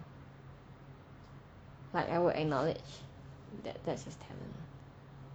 like I would acknowledge that's his talent